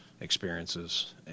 experiences